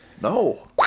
No